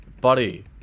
buddy